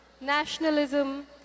nationalism